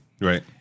Right